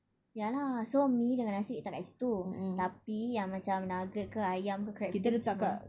ya lah so mi dengan nasi letak dekat situ tapi yang macam nugget ke ayam ke crabstick cuma